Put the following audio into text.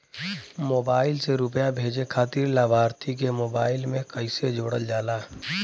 Mobile से रूपया भेजे खातिर लाभार्थी के मोबाइल मे कईसे जोड़ल जाला?